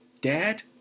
dad